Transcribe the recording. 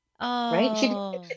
right